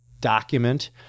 document